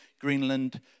greenland